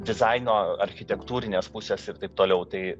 dizaino architektūrinės pusės ir taip toliau tai